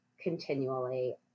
continually